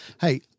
Hey